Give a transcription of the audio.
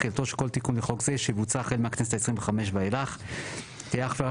'תחילתו של כל תיקון לחוק זה שיבוצע החל מהכנסת ה-25 ואילך תהיה אך ורק